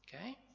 Okay